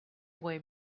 boy